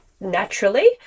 naturally